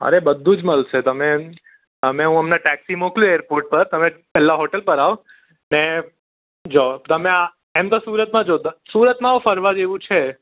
અરે બધું જ મળશે તમે એમ અમે હું હમણાં ટેક્સી મોકલું એરપોર્ટ પર તમે પહેલાં હોટલ પર આવો ને જો તમે આ એમ તો સુરતમાં જોતા સુરતમાં ફરવા જેવું છે